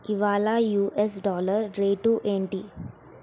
ఇవాళ US dollar rate ఏంటి